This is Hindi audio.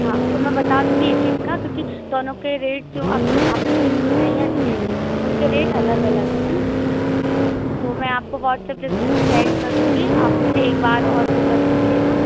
हाँ तो मैं बता दूँगी एक एक का क्योंकि दोनों के रेट जो आप लोग आपने तीन मिठाइयाँ ली हैं उनके रेट अलग अलग हैं है न तो मैं आपको व्हाट्सअप लिस्ट सेन्ड कर दूँगी आप मुझे एक बार और वह कर दीजिएगा